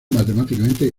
matemáticamente